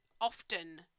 often